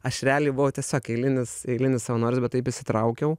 aš realiai buvau tiesiog eilinis eilinis savanoris bet taip įsitraukiau